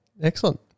Excellent